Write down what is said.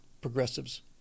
progressives